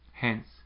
Hence